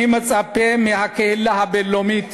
אני מצפה מהקהילה הבין-לאומית